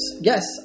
yes